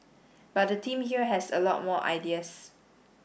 but the team here has a lot more ideas